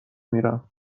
میرم